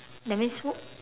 that means wh~